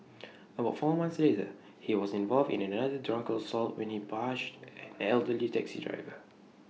about four months later he was involved in another drunken assault when he punched an elderly taxi driver